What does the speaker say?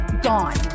gone